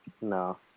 No